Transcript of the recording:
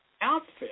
outfit